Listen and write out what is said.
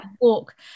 walk